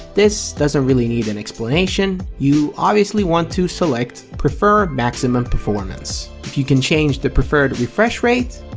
this doesn't really need an explanation, you obviously want to select prefer maximum performance. if you can change the preferred refresh rate,